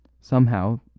Somehow